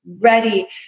ready